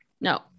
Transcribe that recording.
No